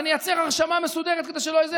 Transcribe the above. נייצר הרשמה מסודרת כדי שלא יהיה,